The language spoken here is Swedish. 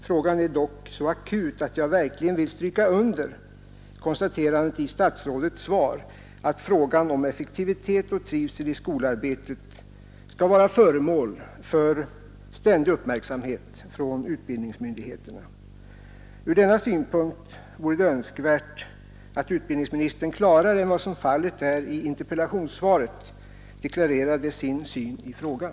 Frågan är dock så akut att jag verkligen vill stryka under konstaterandet i statsrådets svar, att frågan om effektivitet och trivsel i skolarbetet skall vara föremål för ständig uppmärksamhet hos utbildningsmyndigheterna. Från denna synpunkt vore det önskvärt att utbildningsministern klarare än vad fallet är i interpellationssvaret deklarerade sin syn på frågan.